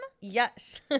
Yes